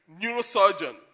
neurosurgeon